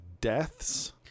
deaths